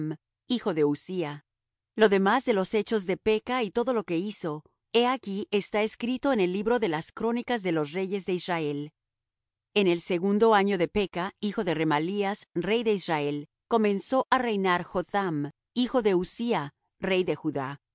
hijo de uzzía lo demás de los hechos de peka y todo lo que hizo he aquí está escrito en el libro de las crónicas de los reyes de israel en el segundo año de peka hijo de remalías rey de israel comenzó á reinar jotham hijo de uzzía rey de judá